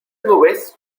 nubes